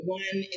one